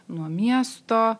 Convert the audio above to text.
nuo miesto